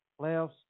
playoffs